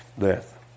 Death